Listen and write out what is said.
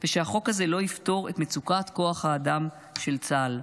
ושהחוק הזה לא יפתור את מצוקת כוח האדם של צה"ל.